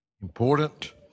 important